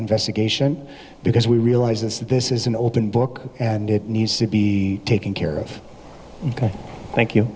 investigation because we realize that this is an open book and it needs to be taken care of thank you